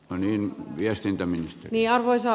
arvoisa puhemies